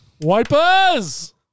Wipers